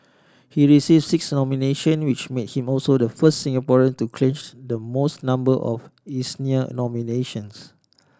he six nomination which made him also the first Singaporean to clinch the most number of Eisner nominations